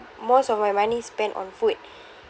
most of my money spent on food